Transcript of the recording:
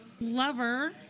Lover